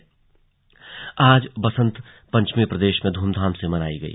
बसंती पंचमी आज बसंत पंचमी प्रदेश में ध्रमधाम से मनाई गई